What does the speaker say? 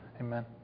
Amen